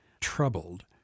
troubled